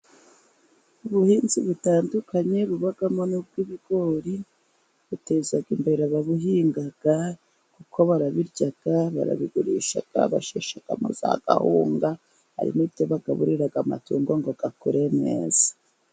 Ubuhinzi butandukanye bubamo n'ubw'ibigori, buteza imbere babuhinga, kuko barabirya, barabigurisha, basheshamo akawunga, harimo ibyo bagaburira amatungo ngo akure neza.